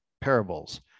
parables